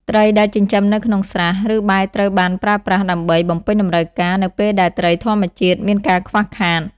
ត្រីដែលចិញ្ចឹមនៅក្នុងស្រះ ឬបែរត្រូវបានប្រើប្រាស់ដើម្បី បំពេញតម្រូវការ នៅពេលដែលត្រីធម្មជាតិមានការខ្វះខាត។